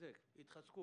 התחזקו